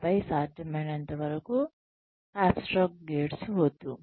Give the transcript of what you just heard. ఆపై సాధ్యమైనంతవరకు abstract grades వద్దు